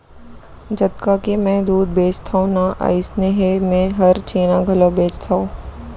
जतका के मैं दूद बेचथव ना अइसनहे मैं हर छेना घलौ बेचथॅव